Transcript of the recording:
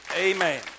Amen